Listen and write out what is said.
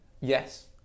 Yes